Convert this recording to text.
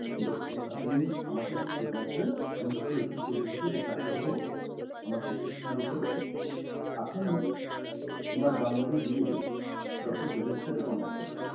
doc আপনি আমার কাছে চলে আসবেন আমি ডক্টর এ সি চৌধুরীকে রেফার করে দেবো আমার প্রেসক্রিপশনের ওপরে আপনি এম আর বাঙ্গুরে গিয়ে ডক্টর চৌধুরীর সাথে কন্ট্যাক্ট করবেন